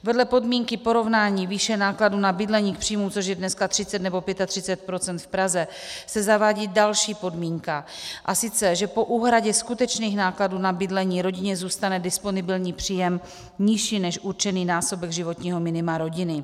Vedle podmínky porovnání výše nákladů na bydlení k příjmům, což je dneska 30 nebo 35 % v Praze, se zavádí další podmínka, a sice že po úhradě skutečných nákladů na bydlení rodině zůstane disponibilní příjem nižší než určený násobek životního minima rodiny;